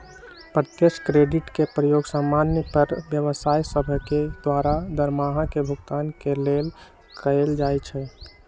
प्रत्यक्ष क्रेडिट के प्रयोग समान्य पर व्यवसाय सभके द्वारा दरमाहा के भुगतान के लेल कएल जाइ छइ